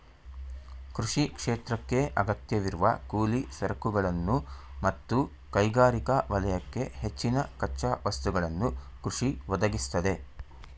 ಕೃಷಿ ಕ್ಷೇತ್ರಕ್ಕೇ ಅಗತ್ಯವಿರುವ ಕೂಲಿ ಸರಕುಗಳನ್ನು ಮತ್ತು ಕೈಗಾರಿಕಾ ವಲಯಕ್ಕೆ ಹೆಚ್ಚಿನ ಕಚ್ಚಾ ವಸ್ತುಗಳನ್ನು ಕೃಷಿ ಒದಗಿಸ್ತದೆ